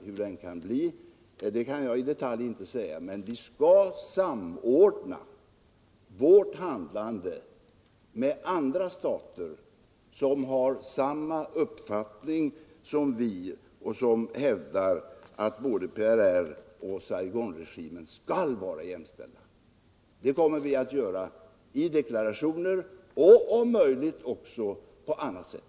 Hur det kommer att gå till kan jag i detalj inte säga, men vi kommer att samordna vårt handlande med andra staters, som har samma uppfattning och som hävdar att både PRR och Saigonregimen skall vara jämställda. Vi kommer att hävda vår inställning i deklarationer och om möjligt också på annat sätt.